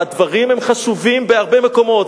והדברים חשובים בהרבה מקומות,